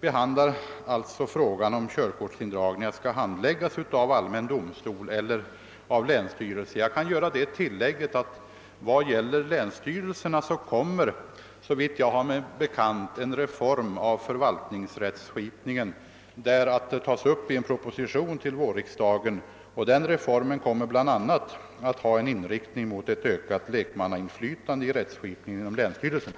behandlar alltså frågan huruvida körkortsindragningar skall handläggas av allmän domstol eller av länsstyrelse. Jag kan göra det tillägget att när det gäller länsstyrelserna kommer, såvitt jag har mig bekant, en reform av förvaltningsrättsskipningen att föreslås i en proposition till vårriksdagen. Den reformen kommer bl.a. att ha en inriktning mot ett ökat lekmannainflytande i rättsskipningen inom länsstyrelserna.